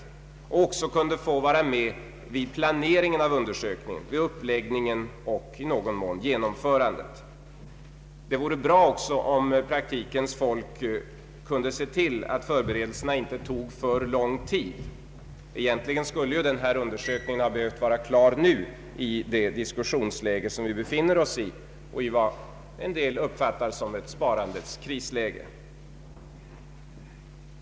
Praktikens folk borde också kunna få vara med vid planeringen, uppläggningen och i någon mån genomförandet av undersökningen. Det vore bra om praktikens folk också kunde se till att förberedelserna inte tog för lång tid. Egentligen skulle denna undersökning ha behövt vara klar nu, i det diskussionsläge vi befinner oss i och i det som ju en del uppfattar såsom ett sparandets krisläge.